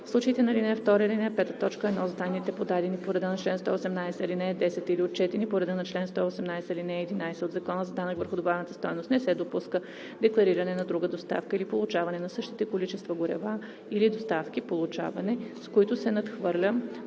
случаите на ал. 2 и ал. 5, т. 1, с данните, подадени по реда на чл. 118, ал. 10 или отчетени по реда на чл. 118, ал. 11 от Закона за данък върху добавената стойност, не се допуска деклариране на друга доставка или получаване на същите количества горива, или доставки/получаване, с които се надхвърля